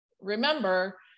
remember